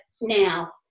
now